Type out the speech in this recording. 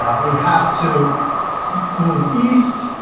we have to move east